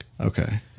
Okay